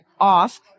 off